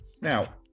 Now